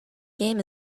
game